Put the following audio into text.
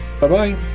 Bye-bye